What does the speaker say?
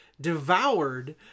Devoured